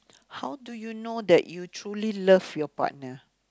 how do you know that you truly love your partner